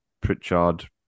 Pritchard